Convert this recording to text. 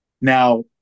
Now